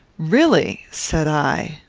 really, said i,